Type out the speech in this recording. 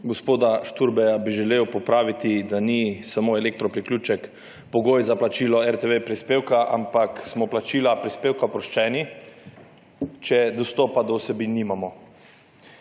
Gospoda Šturbeja bi želel popraviti, da ni samo elektropriključek pogoj za plačilo prispevka RTV, ampak smo plačila prispevka oproščeni, če dostopa do vsebin nimamo.